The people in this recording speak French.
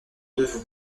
devon